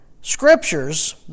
Scriptures